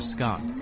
Scott